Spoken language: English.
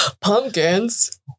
pumpkins